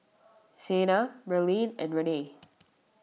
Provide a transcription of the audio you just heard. Sena Merlene and Renee